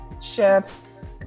chefs